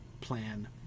plan